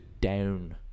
down